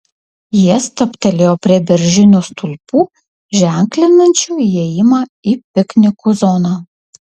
jie stabtelėjo prie beržinių stulpų ženklinančių įėjimą į piknikų zoną